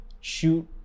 shoot